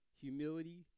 humility